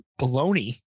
baloney